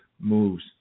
moves